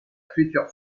future